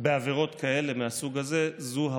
בעבירות כאלה, מהסוג הזה, זו הפרקליטות,